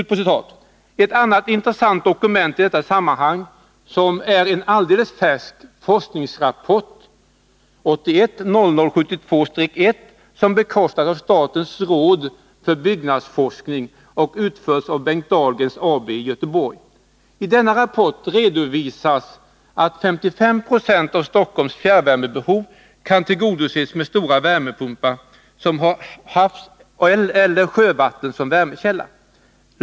Ett annat intressant dokument i detta sammanhang är en alldeles färsk forskningsrapport, 81.0072-1, som bekostats av statens råd för byggnadsforskning och utförts av Bengt Dahlgren AB i Göteborg. I denna rapport redovisas att 55 96 av Stockholms fjärrvärmebehov kan tillgodoses med stora värmepumpar, som har havseller sjövatten som värmekälla.